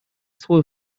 свой